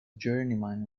journeyman